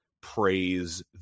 praise